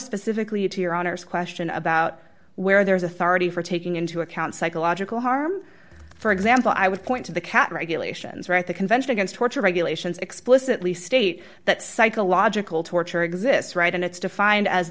specifically to your honor's question about where there is authority for taking into account psychological harm for example i would point to the cat regulations or at the convention against torture regulations explicitly state that psychological torture exists right and it's defined as